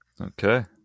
Okay